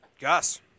Gus